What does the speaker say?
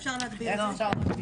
איך אפשר להגדיר את זה?